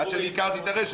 עד שהכרתי את הרשת.